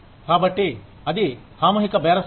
కాబట్టి అది సామూహిక బేరసారాలు